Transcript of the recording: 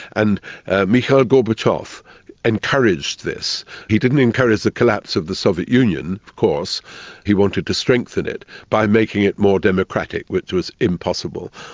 and mikhail gorbachev encouraged this. he didn't encourage the collapse of the soviet union of course he wanted to strengthen it by making it more democratic, which was impossible.